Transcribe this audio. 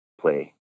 play